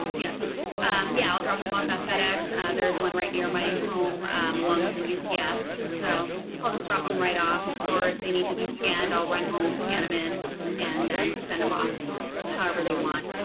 yes yeah i'll drop them off at fedex there's one right near my home um along with a yeah ups and so i'll just drop them right off or if they need to be scanned i'll run home scan them in and then send them off however they want.